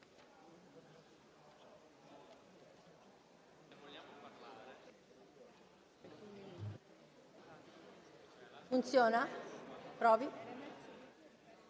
Grazie